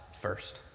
first